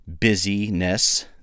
busyness